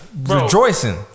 rejoicing